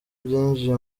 byinjiye